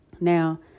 Now